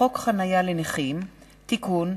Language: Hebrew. ביטחון (תיקון,